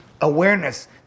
awareness